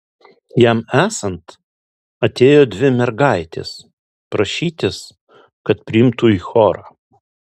jam esant atėjo dvi mergaitės prašytis kad priimtų į chorą